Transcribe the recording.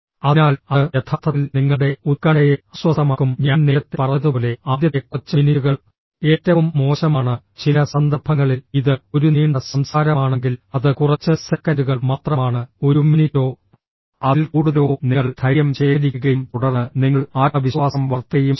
അതിനാൽ അത് യഥാർത്ഥത്തിൽ നിങ്ങളുടെ ഉത്കണ്ഠയെ അസ്വസ്ഥമാക്കും ഞാൻ നേരത്തെ പറഞ്ഞതുപോലെ ആദ്യത്തെ കുറച്ച് മിനിറ്റുകൾ ഏറ്റവും മോശമാണ് ചില സന്ദർഭങ്ങളിൽ ഇത് ഒരു നീണ്ട സംസാരമാണെങ്കിൽ അത് കുറച്ച് സെക്കന്റുകൾ മാത്രമാണ് ഒരു മിനിറ്റോ അതിൽ കൂടുതലോ നിങ്ങൾ ധൈര്യം ശേഖരിക്കുകയും തുടർന്ന് നിങ്ങൾ ആത്മവിശ്വാസം വളർത്തുകയും ചെയ്യും